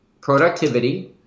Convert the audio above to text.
productivity